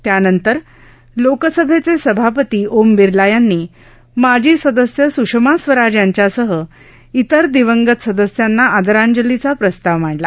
त्यानंतर लोकसभेचे सभापती ओम बिर्ला यांनी माजी सदस्य स्षमा स्वराज यांच्यासह इतर दिवंगत सदस्यांना आदरांजलीचा प्रस्ताव मांडला